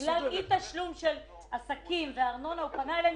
הוא פנה בגלל אי-תשלום של עסקים וארנונה הוא פנה אליהם